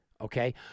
okay